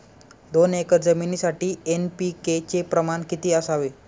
दोन एकर जमीनीसाठी एन.पी.के चे प्रमाण किती असावे?